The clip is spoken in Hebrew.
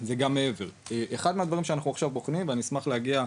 זה גם מעבר ומה שאנחנו עכשיו בוחנים ואני אשמח להגיע,